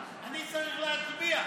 ועדה, ואני צריך להצביע.